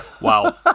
Wow